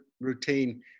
routine